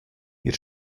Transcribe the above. ihr